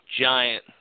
giant